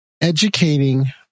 educating